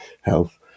health